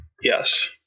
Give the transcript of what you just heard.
Yes